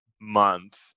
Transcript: month